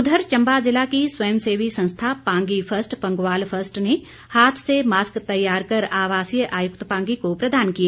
उधर चम्बा ज़िला की स्वयं सेवी संस्था पांगी फर्स्ट पंगवाल फर्स्ट ने हाथ से मास्क तैयार कर आवासीय आयुक्त पांगी को प्रदान किए